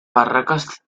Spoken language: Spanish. barracas